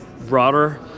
broader